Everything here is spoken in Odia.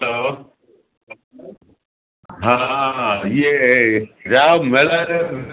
ହ୍ୟାଲୋ ହଁ ଇଏ ରାଓ ମେଲର